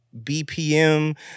BPM